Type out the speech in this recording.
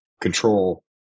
control